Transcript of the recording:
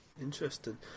Interesting